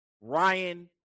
Ryan